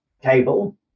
table